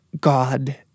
God